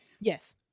Yes